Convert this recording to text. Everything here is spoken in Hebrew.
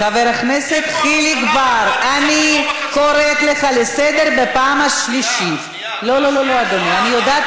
חבר הכנסת חיליק בר, אני קוראת, לא לא, אוקיי.